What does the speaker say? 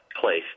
place